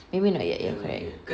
maybe not yet eh correct